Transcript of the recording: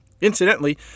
Incidentally